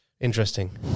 interesting